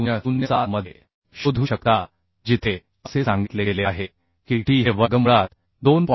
800 2007 मध्ये शोधू शकता जिथे असे सांगितले गेले आहे की t हे वर्गमुळात 2